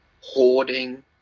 hoarding